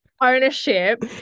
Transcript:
ownership